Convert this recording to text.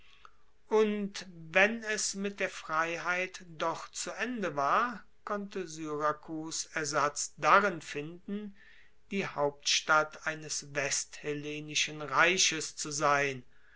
und wenn es mit der freiheit doch zu ende war konnte syrakus ersatz darin finden die hauptstadt eines westhellenischen reiches zu sein